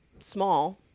small